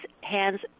hands